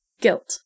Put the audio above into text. Guilt